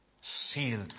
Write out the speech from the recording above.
Sealed